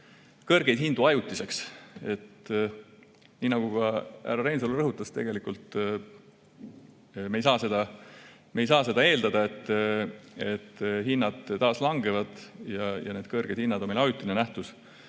kõrgeid hindu ajutiseks. Nii nagu ka härra Reinsalu rõhutas, tegelikult me ei saa eeldada, et hinnad taas langevad ja need kõrged hinnad on meil ajutine nähtus.